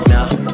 Now